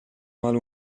mal